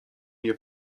nie